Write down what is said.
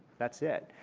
that's it.